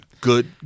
Good